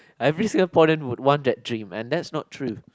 every Singaporean would want that dream and that's not true